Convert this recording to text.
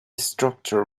structure